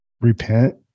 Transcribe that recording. Repent